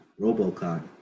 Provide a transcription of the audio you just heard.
Robocon